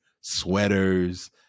sweaters